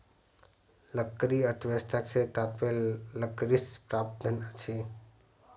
लकड़ी अर्थव्यवस्था सॅ तात्पर्य लकड़ीसँ प्राप्त धन अछि